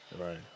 right